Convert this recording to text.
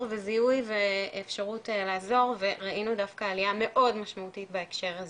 וזיהוי ואפשרות לעזור וראינו דווקא עלייה מאוד משמעותית בהקשר הזה,